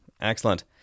excellent